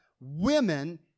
women